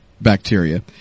bacteria